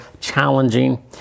challenging